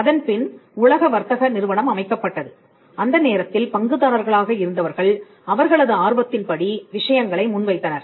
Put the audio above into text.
அதன்பின் உலக வர்த்தக நிறுவனம் அமைக்கப்பட்டது அந்த நேரத்தில் பங்குதாரர்களாக இருந்தவர்கள் அவர்களது ஆர்வத்தின் படி விஷயங்களை முன்வைத்தனர்